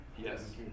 Yes